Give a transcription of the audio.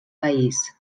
país